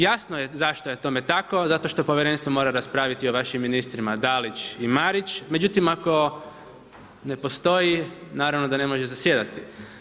Jasno je zašto je tome tako, zato što povjerenstvo mora raspraviti o vašim ministrima Dalić i Marić, međutim ako ne postoji naravno da ne može zasjedati.